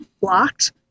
blocked